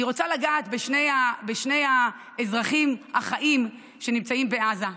אני רוצה לגעת בשני האזרחים החיים שנמצאים בעזה.